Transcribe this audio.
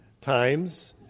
times